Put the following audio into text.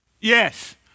yes